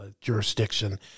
jurisdiction